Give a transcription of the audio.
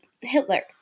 Hitler